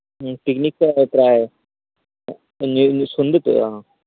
ᱦᱮᱸ ᱯᱤᱠᱱᱤᱠ ᱞᱮᱠᱟᱜᱮ ᱯᱨᱟᱭ ᱤᱭᱟᱹ ᱥᱚᱱᱫᱷᱟ ᱞᱮᱠᱟ ᱯᱨᱟᱭ